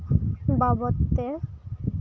ᱵᱟᱵᱚᱛ ᱛᱮ